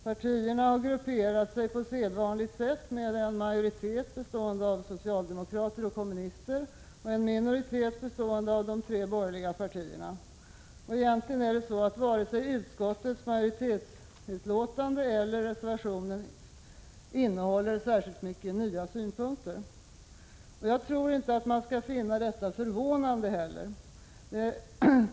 Partierna har grupperat sig på sedvanligt sätt med en majoritet bestående av socialdemokrater och kommunister och en minoritet bestående av de tre borgerliga partierna. Varken utskottets majoritetsutlåtande eller reservationen innehåller särskilt många nya synpunkter. Detta är inte heller förvånande.